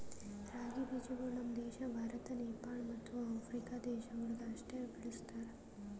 ರಾಗಿ ಬೀಜಗೊಳ್ ನಮ್ ದೇಶ ಭಾರತ, ನೇಪಾಳ ಮತ್ತ ಆಫ್ರಿಕಾ ದೇಶಗೊಳ್ದಾಗ್ ಅಷ್ಟೆ ಬೆಳುಸ್ತಾರ್